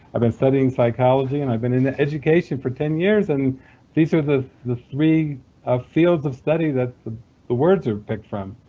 i've been studying psychology and i'd been in education for ten years and these are the the three ah fields of study that the the words are picked from!